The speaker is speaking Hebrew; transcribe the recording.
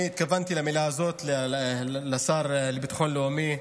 אני התכוונתי במילה הזאת לשר לביטחון לאומי.